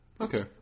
Okay